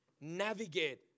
navigate